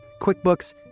QuickBooks